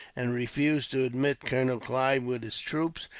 and refused to admit colonel clive with his troops,